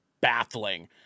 baffling